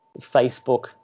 Facebook